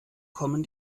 kommen